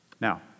Now